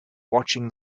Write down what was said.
watching